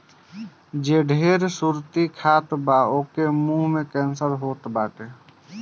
जे ढेर सुरती खात बा ओके के मुंहे के कैंसर होत बाटे